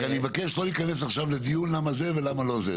רק אני מבקש לא להיכנס עכשיו לדיון למה זה ולמה לא זה.